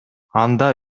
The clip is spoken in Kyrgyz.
анда